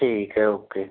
ठीक है ओके